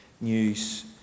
news